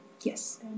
Yes